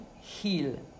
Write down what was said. heal